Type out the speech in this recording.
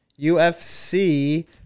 UFC